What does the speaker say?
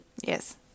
Yes